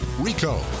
RICO